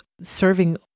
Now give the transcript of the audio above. serving